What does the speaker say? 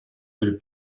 nel